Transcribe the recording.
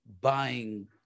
buying